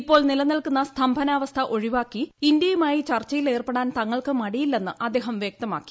ഇപ്പോൾ നിലനിൽക്കുന്ന സ്തംഭനാവസ്ഥ ഒഴിവാക്കി ഇന്ത്യയുമായി ചർച്ചയിലേർപ്പെടാൻ തങ്ങൾക്ക് മടിയില്ലെന്ന് അദ്ദേഹം വ്യക്തമാക്കി